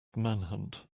manhunt